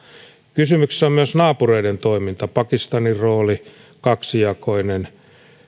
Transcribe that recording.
kysymyksessä on myös naapureiden toiminta pakistanin rooli on kaksijakoinen